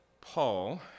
Paul